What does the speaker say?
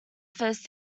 first